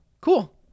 cool